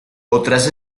otras